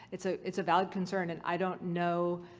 it's ah it's a valid concern and i don't know.